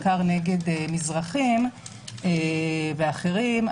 בעיקר נגד מזרחיים ואחרים,